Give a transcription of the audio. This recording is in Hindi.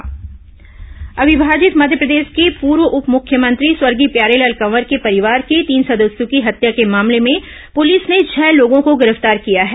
कोरबा हत्या मामला अविभाजित मध्यप्रदेश के पूर्व उप मुख्यमंत्री स्वर्गीय प्यारेलाल कंवर के परिवार के तीन सदस्यों की हत्या के मामले में पुलिस ने छह लोगों को गिरफ्तार किया है